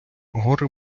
гори